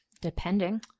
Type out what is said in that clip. Depending